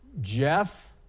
Jeff